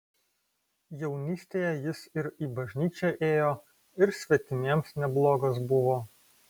jaunystėje jis ir į bažnyčią ėjo ir svetimiems neblogas buvo